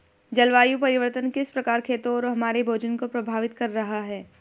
जलवायु परिवर्तन किस प्रकार खेतों और हमारे भोजन को प्रभावित कर रहा है?